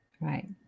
Right